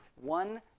One